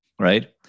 right